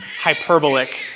hyperbolic